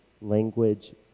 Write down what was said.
language